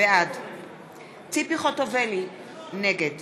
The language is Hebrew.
בעד ציפי חוטובלי, נגד